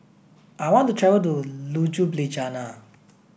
I want to travel to Ljubljana